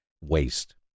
waste